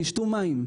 תשתו מים.